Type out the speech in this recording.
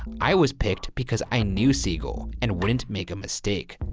i was picked because i knew siegel and wouldn't make a mistake,